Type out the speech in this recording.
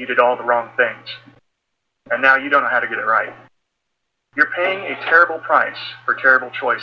you did all the wrong thing and now you don't know how to get it right you're paying a terrible price for terrible choice